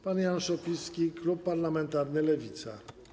Pan Jan Szopiński, Klub Parlamentarny Lewica.